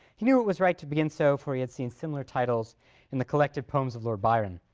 he knew it was right to begin so for he had seen similar titles in the collected poems of lord byron.